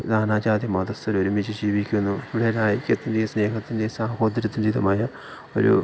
നാനാജാതി മതസ്ഥർ ഒരുമിച്ചു ജീവിക്കുന്നു ഇവരുടെ ഐക്യത്തിൻ്റെയും സ്നേഹത്തിൻ്റെയും സഹോദര്യത്തിൻ്റേതുമായ ഒരു